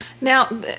Now